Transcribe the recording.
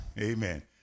Amen